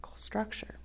Structure